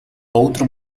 outro